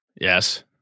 Yes